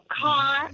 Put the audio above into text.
car